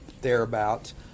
thereabouts